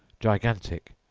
gigantic,